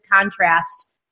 contrast